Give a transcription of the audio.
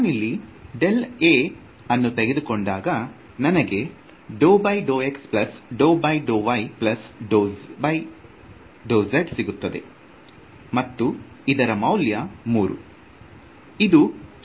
ನಾನಿಲ್ಲಿ ∇· A ಅನ್ನು ತೆಗೆದುಕೊಂಡಾಗ ನನಗೆ ∂∂x ∂∂y ∂z ಸಿಗುತ್ತದೆ ಮತ್ತು ಇದರ ಮೌಲ್ಯ 3